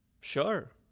Sure